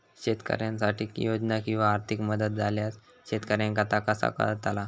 शेतकऱ्यांसाठी योजना किंवा आर्थिक मदत इल्यास शेतकऱ्यांका ता कसा कळतला?